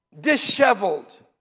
disheveled